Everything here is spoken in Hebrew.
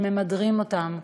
שממדרים אותן,